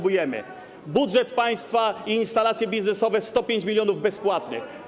Budżet państwa i instalacje biznesowe - 105 mln bezpłatne.